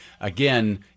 Again